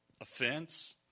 Offense